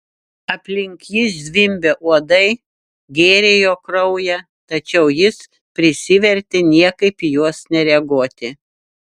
aplink jį zvimbė uodai gėrė jo kraują tačiau jis prisivertė niekaip į juos nereaguoti